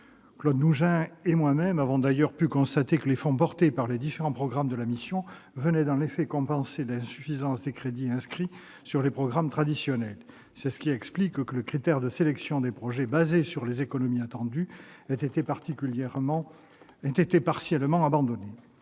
Claude Nougein et moi-même avons pu noter que les fonds prévus dans les différents programmes de la mission venaient, dans les faits, compenser l'insuffisance des crédits inscrits sur les programmes traditionnels. Cela explique que le critère de sélection des projets, fondé sur les économies attendues, ait été partiellement abandonné.